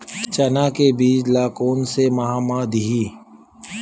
चना के बीज ल कोन से माह म दीही?